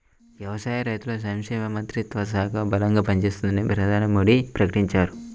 వ్యవసాయ, రైతుల సంక్షేమ మంత్రిత్వ శాఖ బలంగా పనిచేస్తుందని ప్రధాని మోడీ ప్రకటించారు